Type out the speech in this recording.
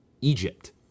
egypt